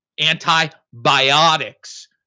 antibiotics